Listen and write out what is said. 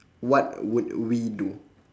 what would we do